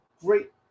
great